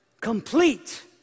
complete